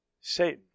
Satan